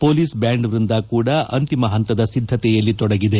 police band ವೃಂದ ಕೂಡ ಅಂತಿಮ ಹಂತದ ಸಿದ್ದತೆಯಲ್ಲಿ ತೊಡಗಿದೆ